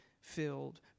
filled